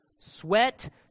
sweat